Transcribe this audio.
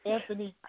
Anthony